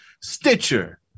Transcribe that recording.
Stitcher